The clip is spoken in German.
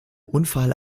unfall